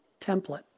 template